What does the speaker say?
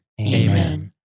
Amen